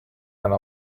alla